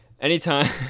anytime